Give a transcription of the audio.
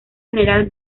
general